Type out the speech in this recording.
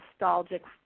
nostalgic